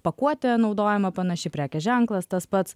pakuotė naudojama panaši prekės ženklas tas pats